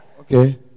okay